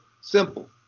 Simple